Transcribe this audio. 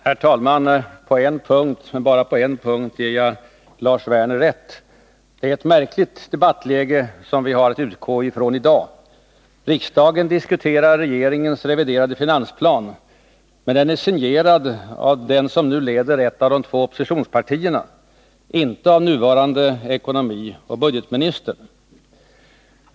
Herr talman! På en punkt, men bara på en punkt, ger jag Lars Werner rätt. Det är ett märkligt debattläge som vi har att utgå ifrån i dag. Riksdagen diskuterar regeringens reviderade finansplan, men den är signerad av den som nu leder ett av de två oppositionspartierna— inte av nuvarande ekonomioch budgetministern.